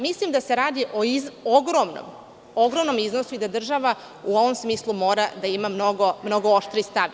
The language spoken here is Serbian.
Mislim da se radi o ogromnom iznosu gde država u ovom smislu mora da ima mnogo oštriji stav.